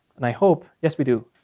and i hope, yes, we do,